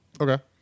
Okay